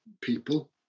people